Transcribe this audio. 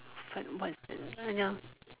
fad what is that uh ya